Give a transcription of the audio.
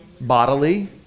Bodily